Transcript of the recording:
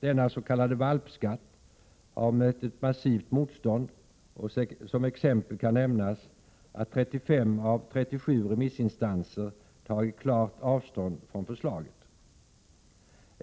Denna s.k. valpskatt har mött ett massivt motstånd, och som exempel kan nämnas att 35 av 37 remissinstanser tagit klart avstånd från förslaget.